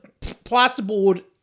plasterboard